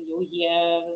jau jie